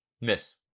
Miss